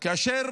כאשר